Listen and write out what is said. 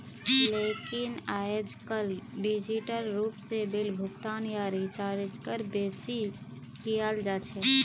लेकिन आयेजकल डिजिटल रूप से बिल भुगतान या रीचार्जक बेसि कियाल जा छे